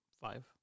Five